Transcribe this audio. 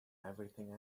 everything